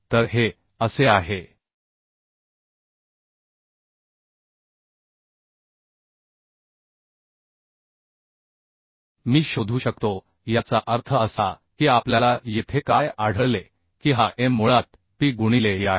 तर हे असे आहे मी शोधू शकतो याचा अर्थ असा की आपल्याला येथे काय आढळले की हा M मुळात p गुणिले e आहे